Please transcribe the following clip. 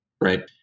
right